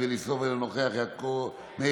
יבגני סובה,